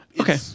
Okay